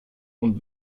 und